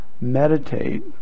meditate